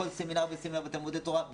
כל סמינר וסמינר ותלמודי תורה,